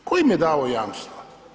Tko im je dao jamstva?